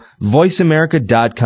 VoiceAmerica.com